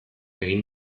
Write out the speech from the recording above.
egin